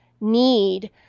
need